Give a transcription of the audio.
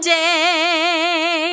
day